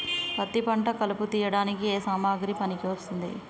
పత్తి పంట కలుపు తీయడానికి ఏ సామాగ్రి పనికి వస్తుంది?